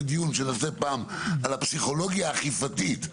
על הפסיכולוגיה האכיפתית,